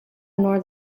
nor